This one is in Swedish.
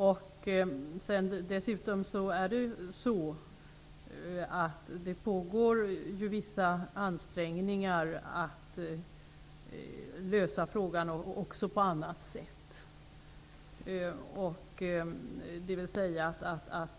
Det pågår dessutom vissa ansträngningar för att man skall kunna lösa situationen också på annat sätt, dvs. att